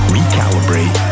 Recalibrate